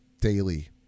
Daily